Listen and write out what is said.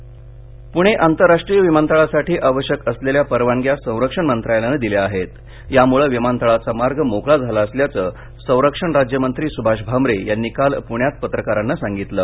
सभाष भामरे पूणे आंतरराष्ट्रीय विमानतळासाठी आवश्यक असलेल्या परवानग्या संरक्षण मंत्रालयानं दिल्या आहेत यामुळे विमानतळाचा मार्ग मोकळा झाला असल्याचं संरक्षण राज्यमंत्री सुभाष भामरे यानी काल पृण्यात पत्रकारांना सांगितलं